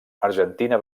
argentina